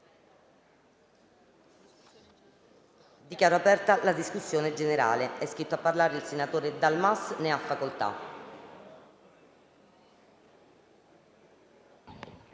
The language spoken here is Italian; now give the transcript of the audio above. Dichiaro aperta la discussione generale. È iscritto a parlare il senatore Dal Mas. Ne ha facoltà.